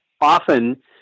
often